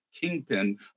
kingpin